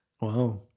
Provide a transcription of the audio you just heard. Wow